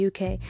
uk